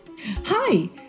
Hi